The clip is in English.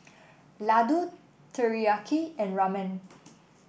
Lladoo Teriyaki and Ramen